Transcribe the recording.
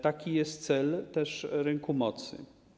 Taki jest cel też rynku mocy.